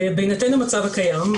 בהינתן המצב הקיים,